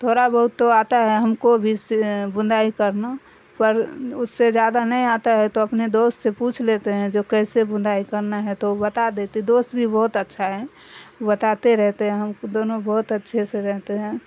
تھوڑا بہت تو آتا ہے ہم کو بھی بندائی کرنا پر اس سے زیادہ نہیں آتا ہے تو اپنے دوست سے پوچھ لیتے ہیں جو کیسے بندائی کرنا ہے تو وہ بتا دیتی دوست بھی بہت اچھا ہے بتاتے رہتے ہیں ہم دونوں بہت اچھے سے رہتے ہیں